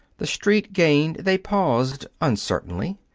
the street gained, they paused uncertainly.